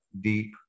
deep